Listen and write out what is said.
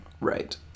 Right